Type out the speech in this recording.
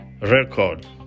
record